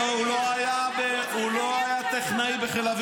אתה לא לחמת אף פעם.